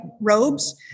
robes